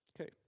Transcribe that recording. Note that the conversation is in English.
Okay